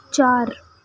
چار